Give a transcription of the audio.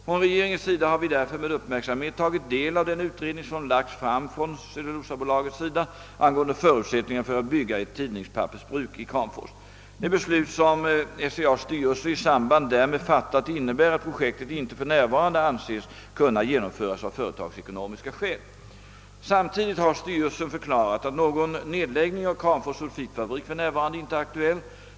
Från regeringens sida har vi därför med uppmärksamhet tagit del av den utredning som lagts fram från SCA:s sida angående förutsättningarna för att bygga ett tidningspappersbruk i Kramfors. Det beslut som SCA:s styrelse i samband därmed fattat innebär att projektet inte för närvarande anses kunna genomföras av företagsekonomiska skäl. Samtidigt har styrelsen förklarat att någon nedläggning av Kramfors sulfitfabrik inte nu är aktuell.